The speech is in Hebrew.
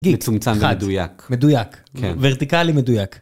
מצומצם מדויק, וורטיקלי מדויק.